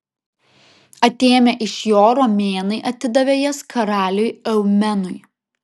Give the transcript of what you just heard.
atėmę iš jo romėnai atidavė jas karaliui eumenui